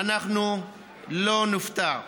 אנחנו לא נופתע,